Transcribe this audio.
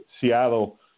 Seattle